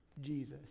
Jesus